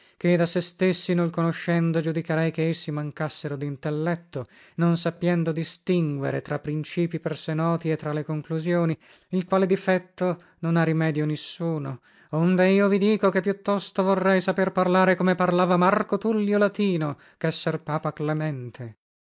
ché da sé stessi nol conoscendo giudicarei che essi mancassero dintelletto non sappiendo distinguere tra principii per sé noti e tra le conclusioni il quale difetto non ha rimedio nissuno onde io vi dico che più tosto vorrei saper parlare come parlava marco tullio latino chesser papa clemente